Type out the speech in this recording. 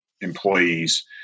employees